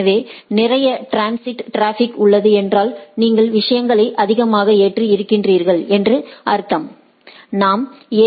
எனவே நிறைய transit traffic உள்ளது என்றாள் நீங்கள் விஷயங்களை அதிகமாக ஏற்றி இருக்கிறீர்கள் என்று அர்த்தம் நாம் ஏ